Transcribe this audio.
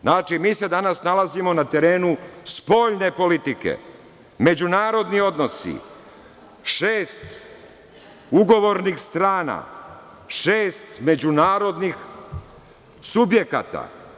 Znači, mi se danas nalazimo na terenu spoljne politike: međunarodni odnosi, šest ugovornih strana, šest međunarodnih subjekata.